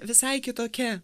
visai kitokia